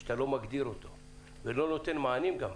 אתה לא מגדיר ולא נותן מענים.